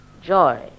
Joy